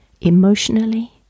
emotionally